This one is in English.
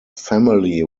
family